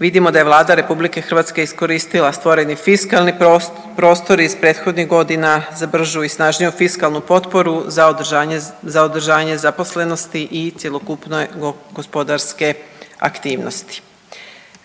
vidimo da je Vlada RH iskoristila stvoreni fiskalni prostor iz prethodnih godina za bržu i snažniju fiskalnu potporu za održanje zaposlenosti i cjelokupne gospodarske aktivnosti.